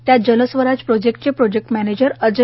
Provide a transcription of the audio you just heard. त्यात जलस्वराज प्रोजेक्ट चे project manager Ajay